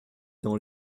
dans